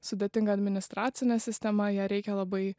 sudėtinga administracinė sistema ją reikia labai